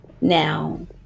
Now